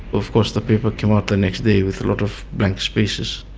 of course the paper came out the next day with a lot of blank spaces.